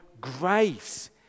grace